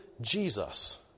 Jesus